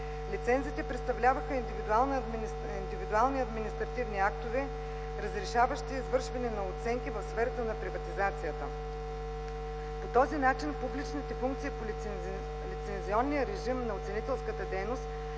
Лицензите представляваха индивидуални административни актове, разрешаващи извършване на оценки в сферата на приватизацията. По този начин публичните функции по лицензионния режим на оценителската дейност